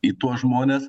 į tuos žmones